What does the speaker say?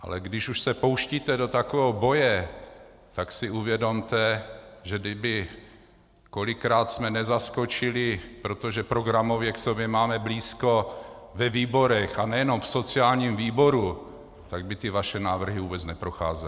Ale když už se pouštíte do takového boje, tak si uvědomte, že kdybychom kolikrát nezaskočili, protože programově k sobě máme blízko, ve výborech, a nejenom v sociálním výboru, tak by ty vaše návrhy vůbec neprocházely.